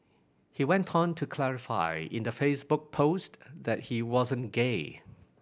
he went on to clarify in the Facebook post that he wasn't gay